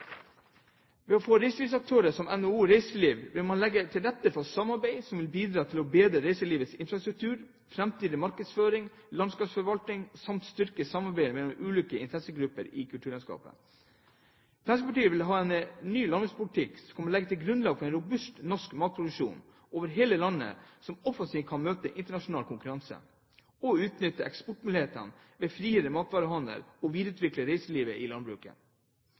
Ved å få med reiselivsaktører som NHO Reiseliv vil man legge til rette for samarbeid som vil bidra til å bedre reiselivets infrastruktur, framtidig markedsføring, landskapsforvaltning samt styrke samarbeidet mellom ulike interessegrupper i kulturlandskapet. Fremskrittspartiet vil ha en ny landbrukspolitikk som kan legge grunnlag for en robust norsk matproduksjon over hele landet som offensivt kan møte internasjonal konkurranse og utnytte eksportmulighetene ved en friere matvarehandel og videreutvikle reiselivet i landbruket.